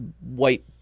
white